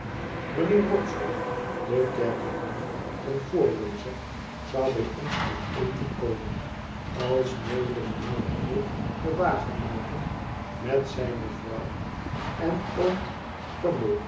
mijnheer wopsle de kerkeknecht en voorlezer zou bij ons ten eten komen alsmede mijnheer hubble de wagenmaker met zijne vrouw enoom pumblechook een oom